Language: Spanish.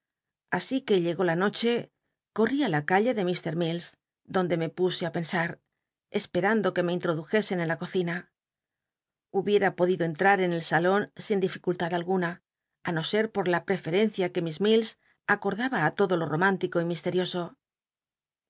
así que llegó la noche corri á la calle de mr milis donde me puse ü pen ar esperando que me intjodujescn en la cocina hubiera podido entrar en el salon sin clincullnd alguna i no sct por la ppefcrcncia que miss mili acordaba ü lodo lo romántico y